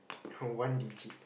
oh one digit